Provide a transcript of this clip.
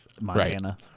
Montana